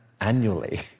annually